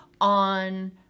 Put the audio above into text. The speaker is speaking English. on